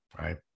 Right